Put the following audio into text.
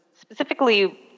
specifically